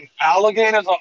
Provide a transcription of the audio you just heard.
alligators